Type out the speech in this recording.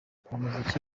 umuziki